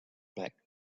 back